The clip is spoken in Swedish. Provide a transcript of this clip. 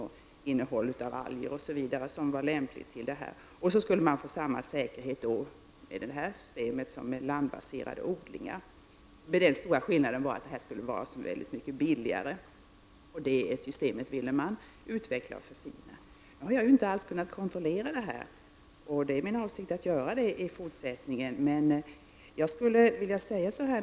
Det skall även finnas en lämplig mängd alger i vattnet osv. Med det här systemet skulle man få samma säkerhet som man får med landbaserade odlingar. Den stora skillnaden är att det här skulle vara så mycket billigare. Det systemet ville man alltså utveckla och förfina. Jag har inte kunnat kontrollera de olika uppgifterna, men det är min avsikt att göra det framöver.